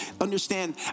understand